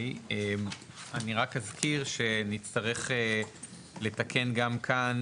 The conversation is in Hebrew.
אני רק אזכיר שנצטרך לתקן גם כאן,